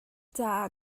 caah